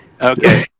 Okay